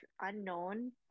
unknown